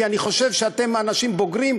כי אני חושב שאתם אנשים בוגרים,